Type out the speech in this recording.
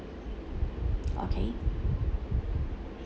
okay